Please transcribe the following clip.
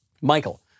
Michael